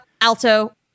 Alto